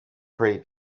pray